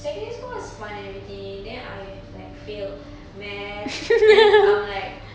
secondary school was fun and everything then I like failed math then I'm like